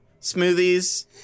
smoothies